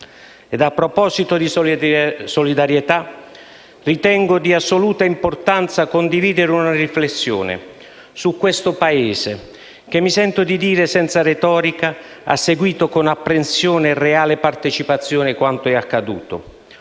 A proposito di solidarietà, ritengo di assoluta importanza condividere una riflessione su questo Paese che - mi sento di dirlo senza retorica - ha seguito con apprensione e reale partecipazione quanto accaduto.